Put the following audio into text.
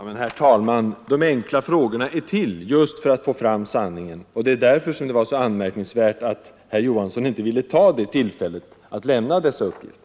Herr talman! De enkla frågorna är till just för att få fram sanningen. Det är därför som det är så anmärkningsvärt att herr Johansson inte ville begagna sig av det tillfället han fick att lämna dessa uppgifter.